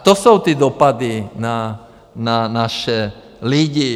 A to jsou ty dopady na naše lidi.